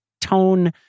tone